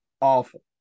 awful